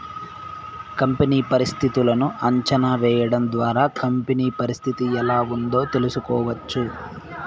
company పరిస్థితులను అంచనా వేయడం ద్వారా కంపెనీ పరిస్థితి ఎలా ఉందో తెలుసుకోవచ్చు